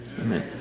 Amen